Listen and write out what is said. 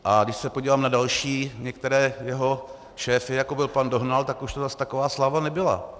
A když se podívám na další některé jeho šéfy, jako byl pan Dohnal, tak už to zase taková sláva nebyla.